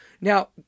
Now